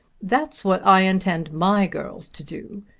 that's what i intend my girls to do.